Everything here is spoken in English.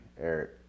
Eric